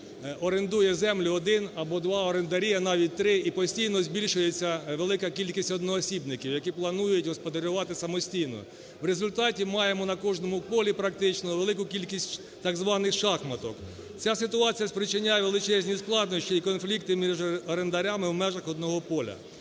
орендує землю один або два орендарі, а навіть три, і постійно збільшується велика кількість одноосібників, які планують господарювати самостійно. В результаті маємо на кожному полі практично велику кількість так званих "шахматок". Ця ситуація спричиняє величезні складнощі і конфлікти між орендарями в межах одного поля.